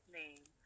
name